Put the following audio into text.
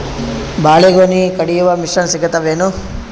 ಬಾಳಿಗೊನಿ ಕಡಿಯು ಮಷಿನ್ ಸಿಗತವೇನು?